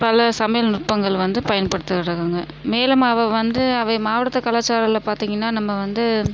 பல சமையல் நுட்பங்கள் வந்து பயன்படுத்தி வராங்க மேலும் அவை வந்து அவை மாவட்டத்து கலாச்சாரம்ல பார்த்திங்கன்னா நம்ம வந்து